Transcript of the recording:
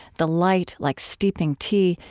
the light like steeping tea,